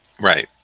right